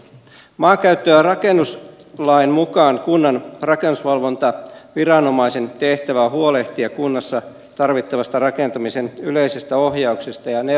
maankäyttö ja rakennuslain mukaan kunnan rakennusvalvontaviranomaisen tehtävä on huolehtia kunnassa tarvittavasta rakentamisen yleisestä ohjauksesta ja neuvonnasta